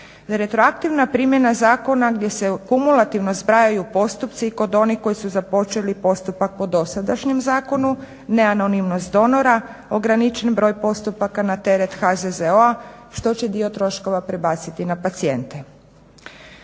Retroaktivna primjena zakona gdje se kumulativno zbrajaju postupci kod onih koji su započeli postupak po dosadašnjem zakonu neanonimnost donora, ograničen broj postupaka na teret HZZO-a što će dio troškova prebaciti na pacijente.